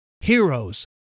heroes